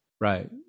Right